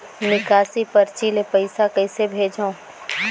निकासी परची ले पईसा कइसे भेजों?